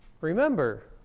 remember